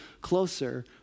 closer